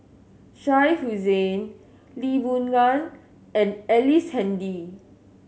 Shah Hussain Lee Boon Ngan and Ellice Handy